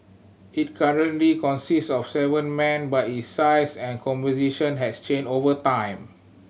it currently consist of seven men but its size and composition has changed over time